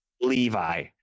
Levi